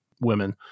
women